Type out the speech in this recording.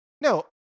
no